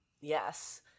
Yes